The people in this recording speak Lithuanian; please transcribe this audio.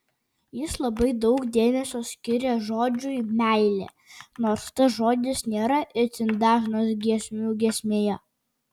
jis labai daug dėmesio skiria žodžiui meilė nors tas žodis nėra itin dažnas giesmių giesmėje